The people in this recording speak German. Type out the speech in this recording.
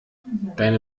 deine